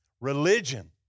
Religion